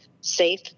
safe